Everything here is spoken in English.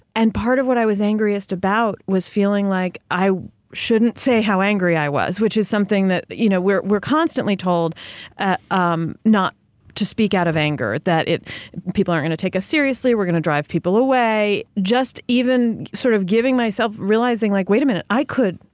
and part of what i was angriest about was feeling like i shouldn't say how angry i was, which is something that you know, we're we're constantly told ah um not to speak out of anger. that if people are going to take us seriously, we're going to drive people away just even sort of giving myself, realizing like wait a minute, i could,